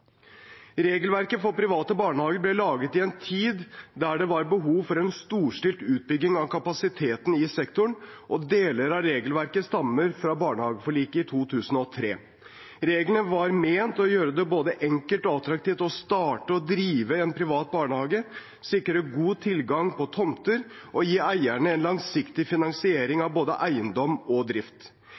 Regelverket for private barnehager ble laget i en tid da det var behov for en storstilt utbygging av kapasiteten i sektoren, og deler av regelverket stammer fra barnehageforliket i 2003. Reglene var ment å gjøre det både enkelt og attraktivt å starte og drive en privat barnehage, sikre god tilgang på tomter og gi eierne en langsiktig finansering av både eiendom og drift.